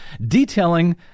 detailing